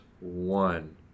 one